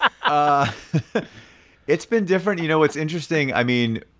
um it's been different. you know, it's interesting. i mean,